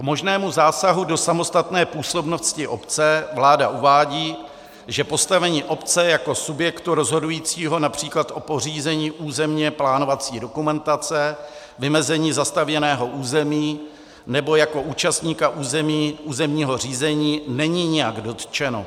K možnému zásahu do samostatné působnosti obce vláda uvádí, že postavení obce jako subjektu rozhodujícího např. o pořízení územně plánovací dokumentace, vymezení zastavěného území nebo jako účastníka územního řízení není nijak dotčeno.